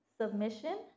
submission